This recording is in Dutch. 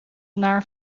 maar